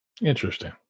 Interesting